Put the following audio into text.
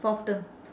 fourth term